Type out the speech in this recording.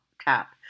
tap